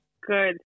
Good